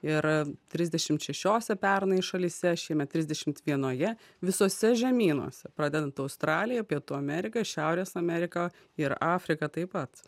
ir trisdešimt šešiose pernai šalyse šiemet trisdešimt vienoje visuose žemynuose pradedant australija pietų amerika šiaurės amerika ir afrika taip pat